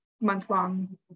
month-long